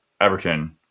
Everton